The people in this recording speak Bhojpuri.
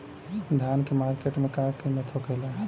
धान क मार्केट में का कीमत होखेला?